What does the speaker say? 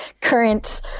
current